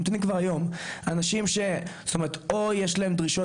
ממתינים כבר היום אנשים זאת אומרת או יש להם דרישות